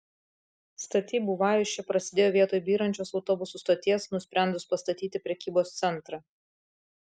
statybų vajus čia prasidėjo vietoj byrančios autobusų stoties nusprendus pastatyti prekybos centrą